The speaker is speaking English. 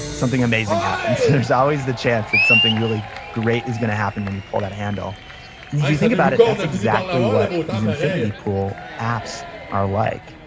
something amazing happens. there's always the chance that something great is going to happen when you pull that handle if you think about it, that's exactly what these infinity pool apps are like.